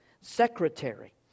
secretary